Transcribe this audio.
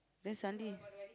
then suddenly